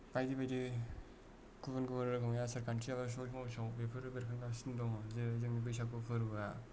बायदि बायदि गुबुन गुबुन रोखोमनि आसारखान्थि आरो सुबुं समाजाव बेफोरो बेरखांगासिनो दङ जेरै जोंनि बैसागु फोरबोआ